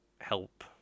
help